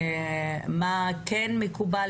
מה כן מקובל